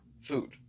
food